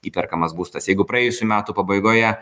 įperkamas būstas jeigu praėjusių metų pabaigoje